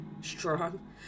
strong